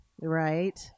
right